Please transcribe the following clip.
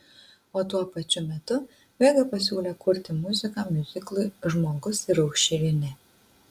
o tuo pačiu metu vega pasiūlė kurti muziką miuziklui žmogus ir aušrinė